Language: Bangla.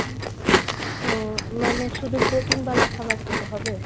হুম ও মানে শুধু প্রোটিনওয়ালা খাবার খেতে হবে